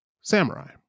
samurai